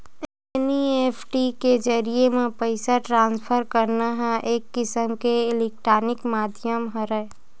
NEFT के जरिए म पइसा ट्रांसफर करना ह एक किसम के इलेक्टानिक माधियम हरय